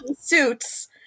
suits